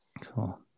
cool